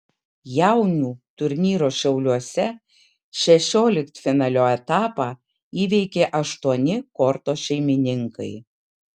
jaunių turnyro šiauliuose šešioliktfinalio etapą įveikė aštuoni korto šeimininkai